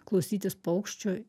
klausytis paukščioj